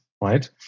right